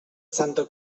santa